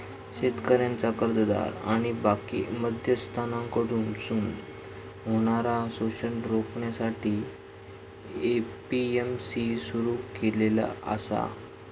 शेतकऱ्यांचा कर्जदार आणि बाकी मध्यस्थांकडसून होणारा शोषण रोखण्यासाठी ए.पी.एम.सी सुरू केलेला आसा